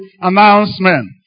announcement